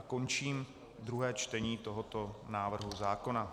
Končím druhé čtení tohoto návrhu zákona.